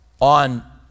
on